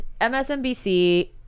MSNBC